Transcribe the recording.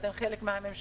אתם חלק מהממשלה,